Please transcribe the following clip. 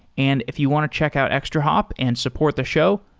and if you want to check out extrahop and support the show,